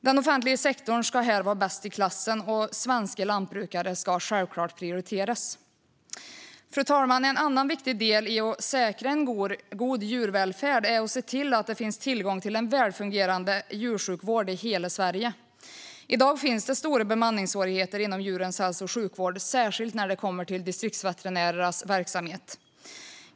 Den offentliga sektorn ska här vara bäst i klassen, och svenska lantbrukare ska självklart prioriteras. Fru talman! En annan viktig del i att säkra en god djurvälfärd är att se till att det finns tillgång till en välfungerande djursjukvård i hela Sverige. I dag är det stora bemanningssvårigheter inom djurens hälso och sjukvård, särskilt när det kommer till distriktsveterinärernas verksamhet.